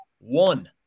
one